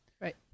Right